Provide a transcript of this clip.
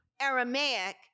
Aramaic